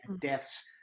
deaths